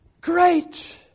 great